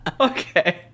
okay